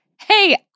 hey